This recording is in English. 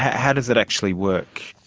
how does it actually work?